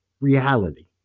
reality